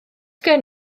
gen